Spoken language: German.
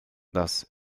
das